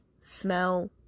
smell